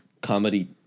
comedy